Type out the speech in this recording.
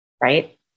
right